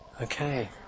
Okay